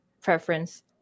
preference